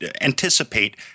anticipate